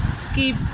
skip